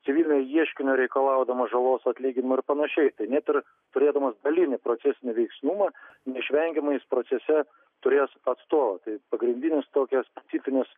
civilinio ieškinio reikalaudamas žalos atlyginimo ir panašiai tai net ir turėdamas dalinį procesinį veiksnumą neišvengiamai jis procese turės atstovą tai pagrindinius toks specifinis